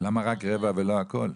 למה רק רבע ולא הכול?